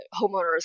homeowners